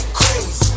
crazy